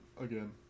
again